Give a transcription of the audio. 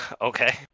Okay